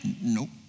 Nope